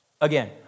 Again